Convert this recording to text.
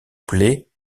plaît